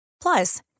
Plus